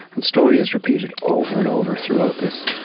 and story is repeated over and over, throughout this,